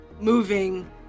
moving